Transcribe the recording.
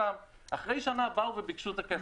אחרי שנה באו וביקשו את הכסף.